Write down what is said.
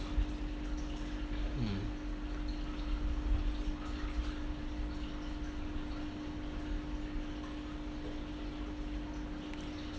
mm